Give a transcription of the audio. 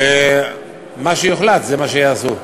ומה שיוחלט זה מה שיעשו.